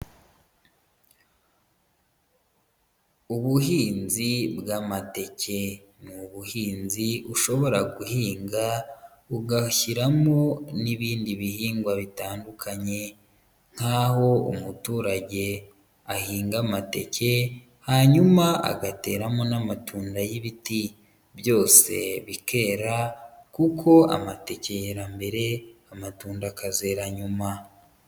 Ubuhinzi bw'amateke ni ubuhinzi ushobora guhinga ugashyiramo n'ibindi bihingwa bitandukanye nk'aho umuturage ahinga amateke hanyuma agateramo n'amatunda y'ibiti byose bikera kuko amateke ya mbere, amatunda akazera nyuma.